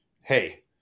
hey